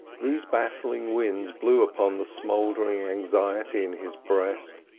these baffling winds blew upon the smouldering anxiety in his breast,